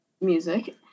music